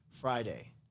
Friday